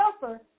suffer